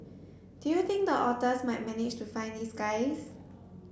do you think the otters might manage to find these guys